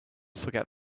forget